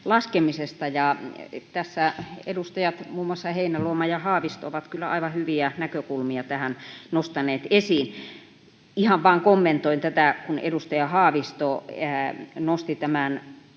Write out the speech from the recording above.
laskemisesta. Tässä muun muassa edustajat Heinäluoma ja Haavisto ovat kyllä aivan hyviä näkökulmia tähän nostaneet esiin. Ihan vain kommentoin tätä, kun edustaja Haavisto nosti